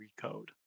recode